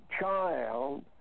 child